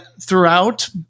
throughout